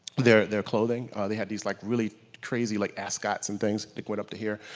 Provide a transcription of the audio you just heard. their their clothing. they had these like really crazy like ascots and things that went up to here.